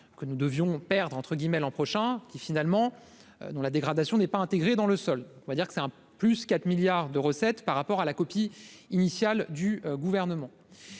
que nous devions perdre entre guillemets l'an prochain, qui finalement, dont la dégradation n'est pas intégré dans le sol, on va dire que c'est un plus 4 milliards de recettes par rapport à la copie initiale du gouvernement,